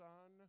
Son